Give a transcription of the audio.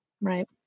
Right